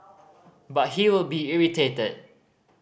but he will be irritated